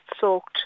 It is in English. soaked